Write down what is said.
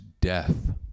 death